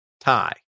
tie